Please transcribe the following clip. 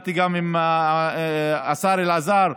ודיברתי גם עם השר אלעזר.